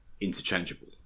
interchangeable